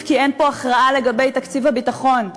כי אין פה הכרעה לגבי תקציב הביטחון,